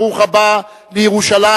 ברוך הבא לירושלים,